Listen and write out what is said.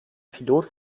pilot